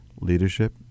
leadership